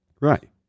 Right